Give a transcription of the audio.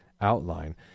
outline